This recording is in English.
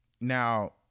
Now